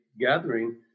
gathering